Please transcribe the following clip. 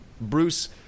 Bruce